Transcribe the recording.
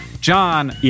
John